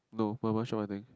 no mama shop I think